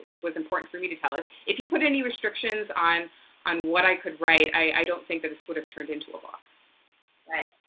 was important for me to tell. if if he put any restrictions on on what i could write, i don't think this would have turned in to a book.